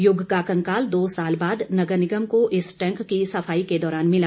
यूग का कंकाल दो साल बाद नगर निगम को इस टैंक की सफाई के दौरान मिला